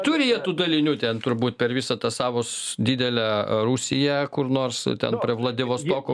turi jie tų dalinių ten turbūt per visą tą savo didelę rusiją kur nors ten prie vladivostoko